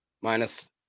minus